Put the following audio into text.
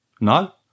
No